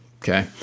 Okay